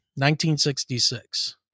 1966